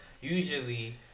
usually